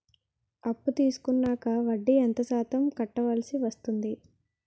అప్పు తీసుకున్నాక వడ్డీ ఎంత శాతం కట్టవల్సి వస్తుంది?